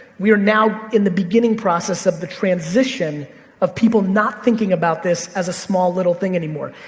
we are now in the beginning process of the transition of people not thinking about this as a small little thing anymore.